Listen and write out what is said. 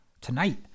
tonight